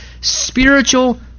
spiritual